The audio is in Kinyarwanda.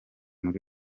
muri